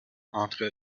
entre